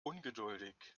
ungeduldig